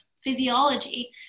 physiology